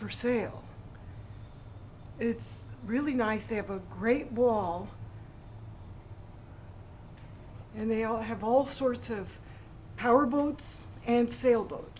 for sale it's really nice they have a great wall and they all have all sorts of power boats and sail